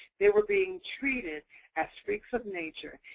they were being treated as freaks of nature,